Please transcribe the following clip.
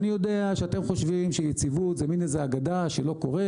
אני יודע שאתם חושבים שיציבות זה מן איזה אגדה שלא קורית,